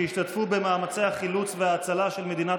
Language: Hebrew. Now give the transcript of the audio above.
שהשתתפו במאמצי החילוץ וההצלה של מדינת